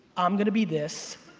i'm gonna be this,